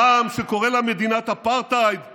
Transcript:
רע"מ, שקורא לה "מדינת אפרטהייד";